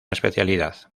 especialidad